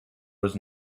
was